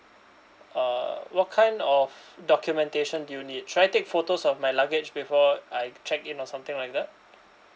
uh what kind of documentation do you need should I take photos of my luggage before I check in or something like that